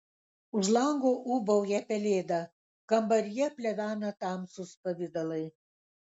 už lango ūbauja pelėda kambaryje plevena tamsūs pavidalai